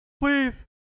Please